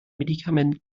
medikamenten